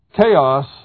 chaos